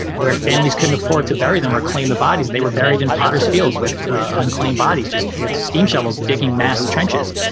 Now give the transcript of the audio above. where families couldn't afford to bury them or claim the bodies. they were buried in potter's fields with unclaimed bodies, just with steam shovels, digging mass trenches.